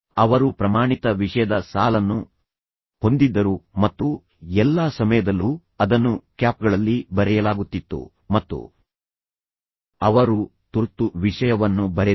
ಅವರು ಪ್ರಮಾಣಿತ ವಿಷಯದ ಸಾಲನ್ನು ಹೊಂದಿದ್ದರು ಮತ್ತು ಎಲ್ಲಾ ಸಮಯದಲ್ಲೂ ಅದನ್ನು ಕ್ಯಾಪ್ಗಳಲ್ಲಿ ಬರೆಯಲಾಗುತ್ತಿತ್ತು ಮತ್ತು ಅವರು ತುರ್ತು ವಿಷಯವನ್ನು ಬರೆದರು